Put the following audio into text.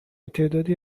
تعدادی